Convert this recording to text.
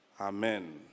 Amen